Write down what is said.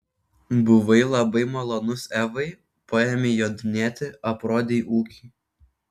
buvai labai malonus evai paėmei jodinėti aprodei ūkį